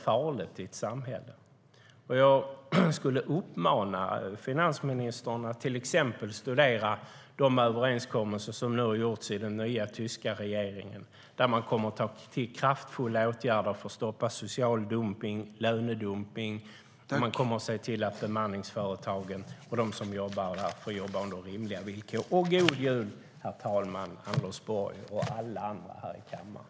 Jag skulle vilja uppmana finansministern att till exempel studera de överenskommelser som nu har gjorts i den nya tyska regeringen där man kommer att ta till kraftfulla åtgärder för att stoppa social dumpning och lönedumpning. Man kommer också att se till att bemanningsföretagen och de som jobbar där får jobba under rimliga villkor. God jul herr talman, Anders Borg och alla andra här i kammaren!